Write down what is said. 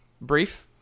brief